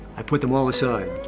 i put them all aside.